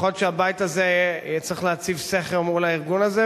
יכול להיות שהבית הזה צריך להציב סכר מול הארגון הזה,